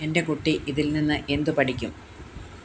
എന്റെ കുട്ടി ഇതിൽ നിന്ന് എന്തു പഠിക്കും